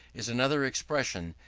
is another expression,